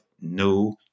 no